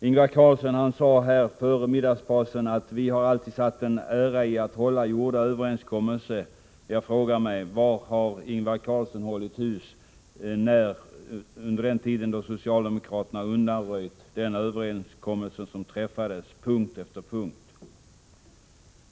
Ingvar Carlsson sade här före middagspausen att socialdemokraterna alltid har satt en ära i att hålla gjorda överenskommelser. Jag frågar: Var har Ingvar Carlsson hållit hus under den tid då socialdemokraterna på punkt efter punkt har undanröjt den överenskommelse som träffades?